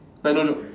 like no joke